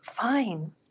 fine